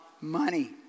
money